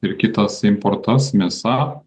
ir kitas importas mėsa